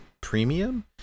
Premium